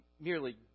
merely